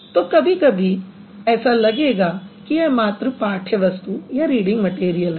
तो कभी कभी ऐसा लगेगा कि यह मात्र पाठ्य वस्तु है